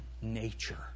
nature